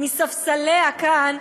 מספסליה כאן,